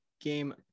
game